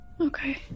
Okay